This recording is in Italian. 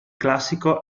classico